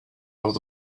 out